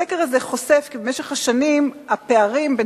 הסקר הזה חושף כי במשך השנים הפערים בין